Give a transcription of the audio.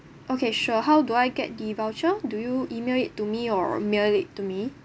okay sure how do I get the voucher do you email it to me or mail it to me